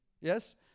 yes